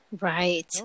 Right